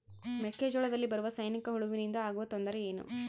ಮೆಕ್ಕೆಜೋಳದಲ್ಲಿ ಬರುವ ಸೈನಿಕಹುಳುವಿನಿಂದ ಆಗುವ ತೊಂದರೆ ಏನು?